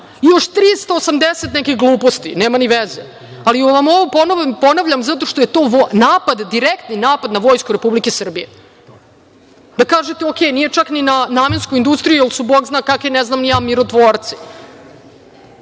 još 380 nekih gluposti, nema ni veze, ali vam ovo ponavljam zato što je to napad, direktni napad na Vojsku Republike Srbije, da kažete okej, nije čak ni na namensku industriju jer su Bog zna kakvi, ne znam ni ja, mirotvorci.